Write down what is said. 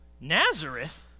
Nazareth